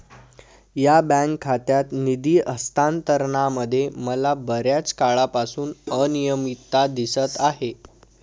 या बँक खात्यात निधी हस्तांतरणामध्ये मला बर्याच काळापासून अनियमितता दिसत आहे